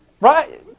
Right